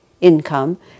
income